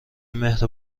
مهر